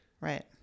Right